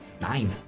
Nine